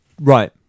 right